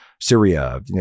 Syria